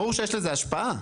ברור שיש לזה השפעה.